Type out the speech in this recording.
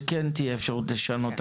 שכן תהיה אפשרות לשנות החלטה.